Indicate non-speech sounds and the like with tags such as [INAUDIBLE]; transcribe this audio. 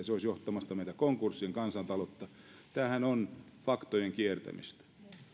[UNINTELLIGIBLE] se olisi johtamassa meitä ja kansantaloutta konkurssiin tämähän on faktojen kiertämistä